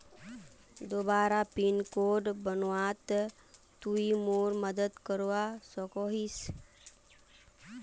दोबारा pin code बनवात तुई मोर मदद करवा सकोहिस?